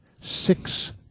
six